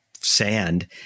sand